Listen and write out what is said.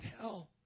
hell